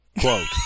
Quote